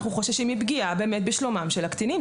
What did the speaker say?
אנחנו חוששים באמת מפגיעה בשלומם של הקטינים,